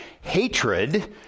hatred